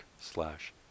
slash